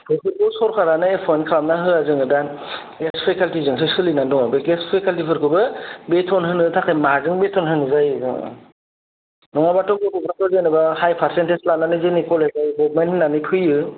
बेफोरखौ सरखारानो एपयन्ट खामना होवा जोंनो दा गेस्ट फेकाल्टिजोंसो सोलिनानै दङ बै गेस्ट फेकाल्टिफोरखौबो बेथन होनो थाखाय माजों बेथन होनो जायो जोङो नङाबाथ' गथ'फोरखौथ' जेनेबा हाय पार्सेन्टेज लानानै जोंनि कलेजाव गभमेन्ट होननानै फैयो